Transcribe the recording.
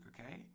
okay